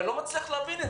אני לא מצליח להבין את זה.